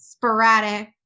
sporadic